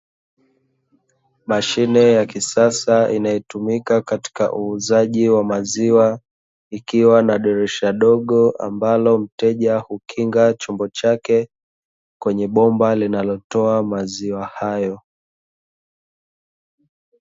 Mashine ya kisasa inayotumika katika uuzaji wa maziwa, ikiwa na dirisha dogo ambalo mteja hukinga chombo chake kwenye bomba linalotoa maziwa hayo.